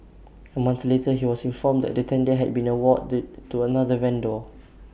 A month later he was informed that the tender had been awarded to another vendor